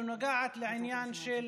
שנוגעת לעניין של